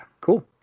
cool